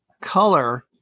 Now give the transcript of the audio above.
color